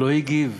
לא הגיב.